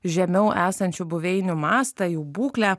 žemiau esančių buveinių mastą jų būklę